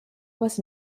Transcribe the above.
was